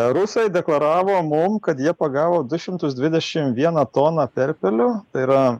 rusai deklaravo mum kad jie pagavo du šimtus dvidešim vieną toną perpelių tai yra